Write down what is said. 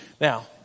Now